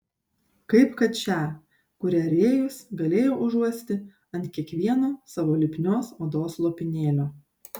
kaip kad šią kurią rėjus galėjo užuosti ant kiekvieno savo lipnios odos lopinėlio